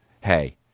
Hey